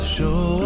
Show